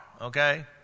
okay